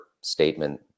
statement